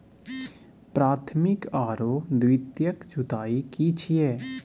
प्राथमिक आरो द्वितीयक जुताई की छिये?